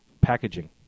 packaging